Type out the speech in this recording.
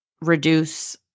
reduce